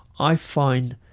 i find